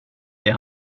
det